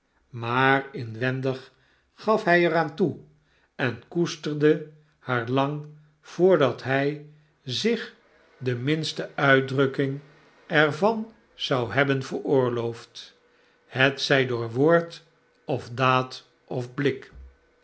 maar inwendig gaf hij er aan toe en koesterde haar lang voordat hij zich de minste een huis te huur uitdrukking er van zou hebben veroorloofd hetzij door woord of daadofblik hg bespiedde